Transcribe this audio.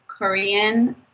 Korean